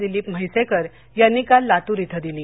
दिलीप म्हैसेकर यांनी काल लातूर इथं दिली